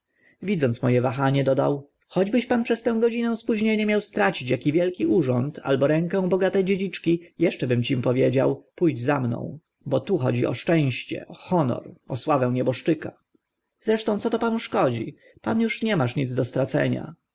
widząc mo e wahanie dodał choćbyś pan przez tę godzinę spóźnienia miał stracić aki wielki urząd albo rękę bogate dziedziczki eszcze bym ci powiedział pó dź ze mną bo tu chodzi o szczęście o honor o sławę nieboszczyka zresztą co to panu szkodzi pan uż nie masz nic do stracenia